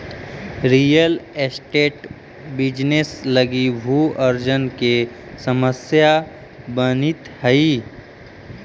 real estate business लगी भू अर्जन के समस्या बनित हई